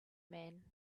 man